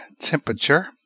temperature